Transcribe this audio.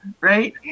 right